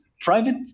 private